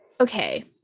Okay